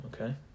Okay